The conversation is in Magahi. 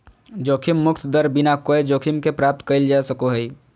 जोखिम मुक्त दर बिना कोय जोखिम के प्राप्त कइल जा सको हइ